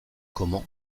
comment